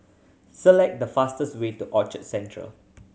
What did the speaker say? select the fastest way to Orchard Central